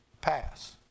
pass